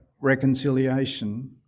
reconciliation